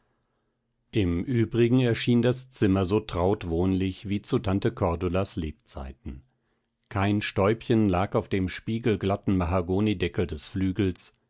im übrigen erschien das zimmer so traut wohnlich wie zu tante cordulas lebzeiten kein stäubchen lag auf dem spiegelglatten mahagonideckel des flügels